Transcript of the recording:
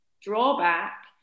drawback